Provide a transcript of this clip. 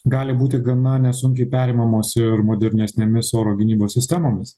gali būti gana nesunkiai perimamos ir modernesnėmis oro gynybos sistemomis